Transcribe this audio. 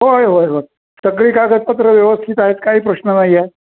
होय होय हो सगळी कागदपत्र व्यवस्थित आहेत काय प्रश्न नाही आहे